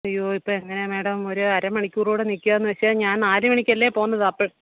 അയ്യോ ഇപ്പോൾ എങ്ങനെയാണ് മേഡം ഒരു അരമണിക്കൂർകൂടെ നിൽക്കുക വച്ചാൽ ഞാൻ നാലു മണിക്കല്ലെ പോന്നത് അപ്പോൾ